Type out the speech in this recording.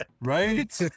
right